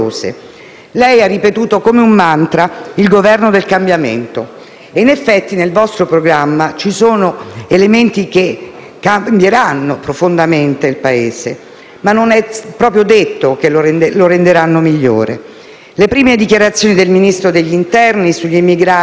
Lei ha ripetuto come un mantra «il Governo del cambiamento». In effetti, nel vostro programma ci sono elementi che cambieranno profondamente il Paese, ma non è proprio detto che lo renderanno migliore. Le primi dichiarazioni del Ministro dell'interno sugli immigrati,